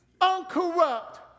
uncorrupt